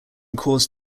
caused